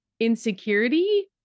insecurity